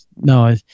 no